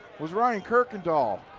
was ryan kirkandoll.